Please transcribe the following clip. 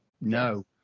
no